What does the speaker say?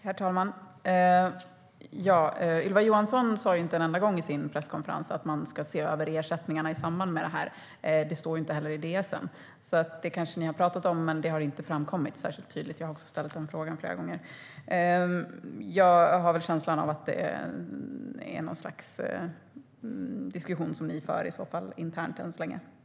Herr talman! Ylva Johansson sa inte en enda gång på sin presskonferens att man ska se över ersättningarna i samband med det här. Det står inte heller i Ds:en. Ni kanske har pratat om det, men det har inte framkommit särskilt tydligt. Jag har också ställt den frågan flera gånger. Jag får känslan att det än så länge är något slags diskussion som ni för internt.